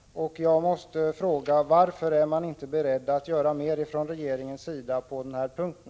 Jag måste fråga: Varför är man inte beredd att göra mer från regeringens sida på den här punkten?